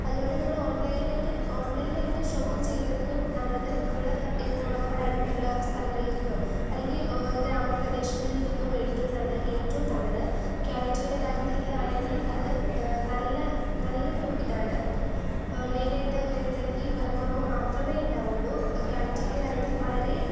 അതുകൊണ്ട് നമ്മൾ ഓൺലൈനായിട്ട് ഓൺലൈനായിട്ട് ഷോപ്പിങ്ങ് ചെയ്യുന്നതിനും നല്ലത് നമ്മൾ ഇപ്പോൾ നമ്മുടെ അടുത്തുള്ള സ്ഥലങ്ങളിൽ നിന്നോ അല്ലെങ്കിൽ ഗ്രാമപ്രദേശങ്ങളിൽ നിന്നോ മേടിക്കുന്നതാണ് ഏറ്റവും നല്ലത് ക്വാളിറ്റിയുടെ കാര്യത്തിലാണെങ്കിൽ അത് നല്ല നല്ലൊരു ഇതാണ് ഓൺലൈനായിട്ട് മേടിക്കുകയാണെങ്കിൽ വിലക്കുറവ് മാത്രമേ ഉണ്ടാവുകയുള്ളൂ ക്വാളിറ്റീൻ്റെ കാര്യത്തിൽ വളരെ